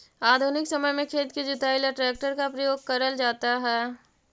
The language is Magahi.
आधुनिक समय में खेत की जुताई ला ट्रैक्टर का प्रयोग करल जाता है